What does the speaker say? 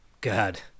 God